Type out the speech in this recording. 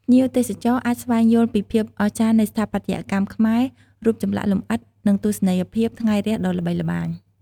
ភ្ញៀវទេសចរអាចស្វែងយល់ពីភាពអស្ចារ្យនៃស្ថាបត្យកម្មខ្មែរ រូបចម្លាក់លម្អិត និងទស្សនីយភាពថ្ងៃរះដ៏ល្បីល្បាញ។